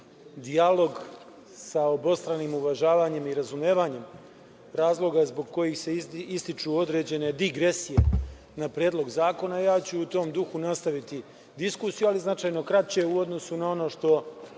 dijalog sa obostranim uvažavanjem i razumevanjem razloga zbog kojih se ističu određene digresije na predlog zakona, ja ću u tom duhu nastaviti diskusiju ali značajno kraće u odnosu na ono što